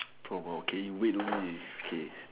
prompt okay you wait only okay